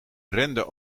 renden